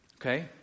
Okay